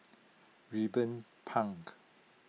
Ruben Pang